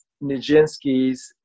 Nijinsky's